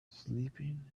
sleeping